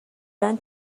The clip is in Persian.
کردن